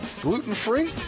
Gluten-free